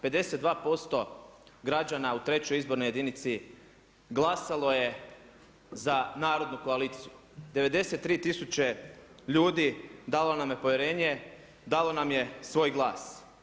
52% građana u trećoj izbornoj jedinici glasalo je za Narodnu koaliciju, 93 tisuće ljudi dalo nam je povjerenje, dalo nam je svoj glas.